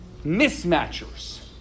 Mismatchers